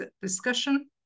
discussion